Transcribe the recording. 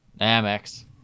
Amex